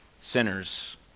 sinners